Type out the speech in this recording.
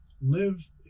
live